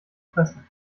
fressen